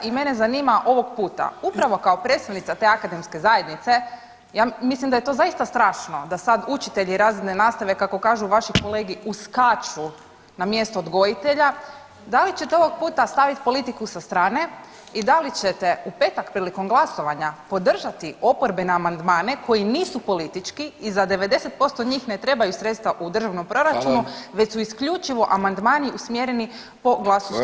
I mene zanima ovog puta upravo kao predstavnica te akademske zajednice, ja mislim da je to zaista strašno, da sad učitelji razredne nastave kako kažu vaše kolege uskaču na mjesto odgojitelja da li ćete ovog puta stavit politiku sa strane i da li ćete u petak prilikom glasovanja podržati oporbene amandmane koji nisu politički i za 90% njih ne trebaju sredstva u državnom proračunu [[Upadica Vidović: Hvala.]] već su isključivo amandmani usmjereni po glasu struke.